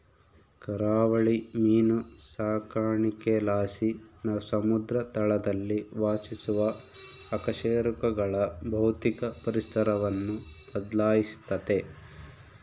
ಕರಾವಳಿ ಮೀನು ಸಾಕಾಣಿಕೆಲಾಸಿ ಸಮುದ್ರ ತಳದಲ್ಲಿ ವಾಸಿಸುವ ಅಕಶೇರುಕಗಳ ಭೌತಿಕ ಪರಿಸರವನ್ನು ಬದ್ಲಾಯಿಸ್ತತೆ